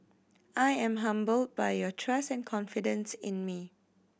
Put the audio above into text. I am humbled by your trust and confidence in me